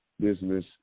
business